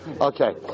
Okay